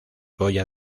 goya